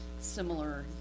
similar